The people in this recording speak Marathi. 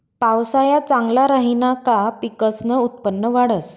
पावसाया चांगला राहिना का पिकसनं उत्पन्न वाढंस